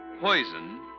poison